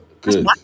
good